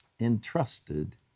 entrusted